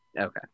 Okay